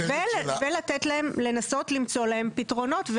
ולנסות למצוא להן פתרונות,